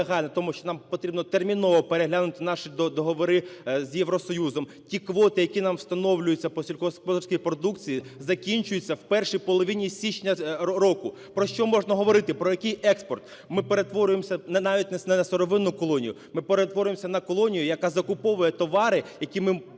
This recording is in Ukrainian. тому, що нам потрібно терміново переглянути наші договори з Євросоюзом, ті квоти, які нам встановлюються по сільськогосподарській продукції, закінчуються в першій половині січня року. Про що можна говорити, про який експорт? Ми перетворюємося навіть не на сировинну колонію, ми перетворюємося на колонію, яка закуповує товари, якими